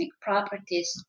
properties